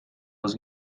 los